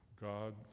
God